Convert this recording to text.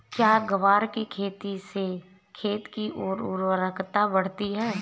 क्या ग्वार की खेती से खेत की ओर उर्वरकता बढ़ती है?